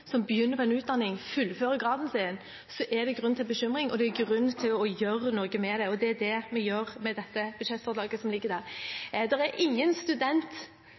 som begynner på en utdanning, fullfører graden sin, så er det grunn til bekymring, og det er grunn til å gjøre noe med det, og det er det vi gjør med det budsjettforslaget som foreligger. Ingen studenter der